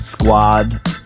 Squad